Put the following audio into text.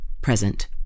present